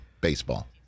baseball